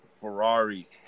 Ferraris